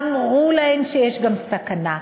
אמרו להן שיש סכנה,